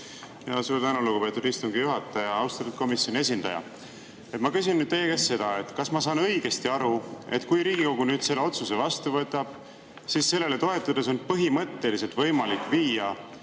Suur tänu, lugupeetud istungi juhataja! Austatud komisjoni esindaja! Ma küsin nüüd teie käest seda. Kas ma saan õigesti aru, et kui Riigikogu selle otsuse vastu võtab, siis sellele toetudes on põhimõtteliselt võimalik viia